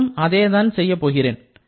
நானும் அதையே தான் செய்யப் போகிறேன்